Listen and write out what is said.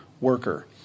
worker